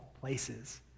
places